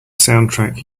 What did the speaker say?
soundtrack